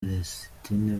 palestine